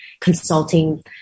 consulting